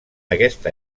aquesta